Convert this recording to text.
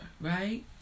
right